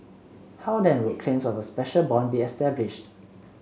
how then would claims of a special bond be established